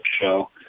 show